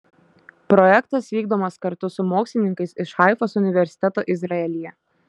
projektas vykdomas kartu su mokslininkais iš haifos universiteto izraelyje